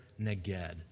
neged